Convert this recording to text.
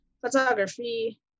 photography